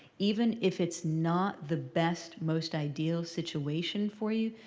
even if it's not the best, most ideal situation for you,